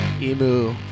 emu